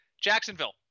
Jacksonville